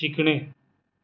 शिकणे